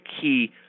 key